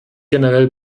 generell